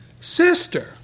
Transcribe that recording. sister